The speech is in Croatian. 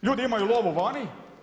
Ljudi imaju lovu vani.